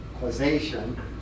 causation